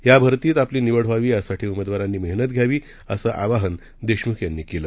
या भरतीत आपली निवड व्हावी यासाठी उमेदवारांनी मेहत घ्यावी असं आवाहन देशमुख यांनी केलं